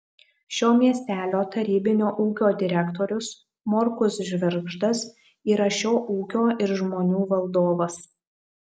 šio miestelio tarybinio ūkio direktorius morkus žvirgždas yra šio ūkio ir žmonių valdovas